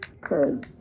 Cause